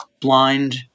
blind